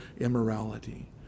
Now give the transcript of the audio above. immorality